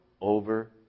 over